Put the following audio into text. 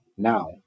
Now